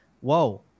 Whoa